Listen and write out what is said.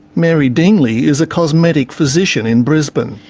mary dingley is a cosmetic physician in brisbane.